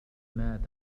مات